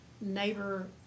neighbor